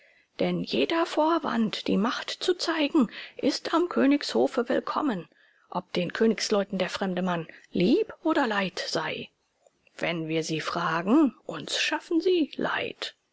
denn jeder vorwand die macht zu zeigen ist am königshofe willkommen ob den königsleuten der fremde mann lieb oder leid sei wenn wir sie fragen uns schaffen sie leid